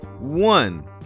one